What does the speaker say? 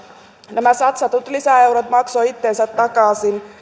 nämä satsatut lisäeurot maksoivat itsensä takaisin